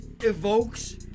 evokes